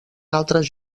altres